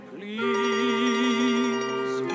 Please